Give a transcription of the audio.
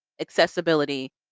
accessibility